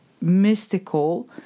mystical